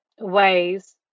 ways